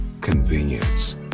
convenience